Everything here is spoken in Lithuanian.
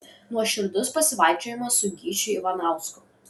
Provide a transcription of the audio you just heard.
nuoširdus pasivaikščiojimas su gyčiu ivanausku